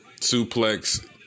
suplex